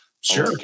Sure